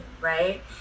right